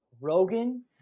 Rogan